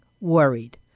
worried